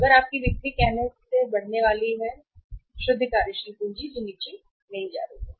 तो अगर आपकी बिक्री कहने से बढ़ने वाली है शुद्ध कार्यशील पूंजी नीचे नहीं जा रही है